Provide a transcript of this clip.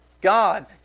God